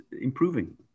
improving